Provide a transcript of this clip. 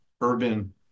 urban